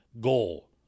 goal